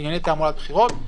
ענייני תעמולת בחירות,